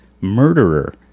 murderer